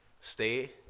stay